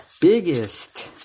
biggest